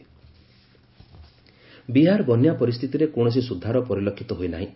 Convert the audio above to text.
Bihar flood Bihar ବନ୍ୟା ପରିସ୍ଥିତିରେ କୌଣସି ସୁଧାର ପରିଲକ୍ଷିତ ହୋଇନାହିଁ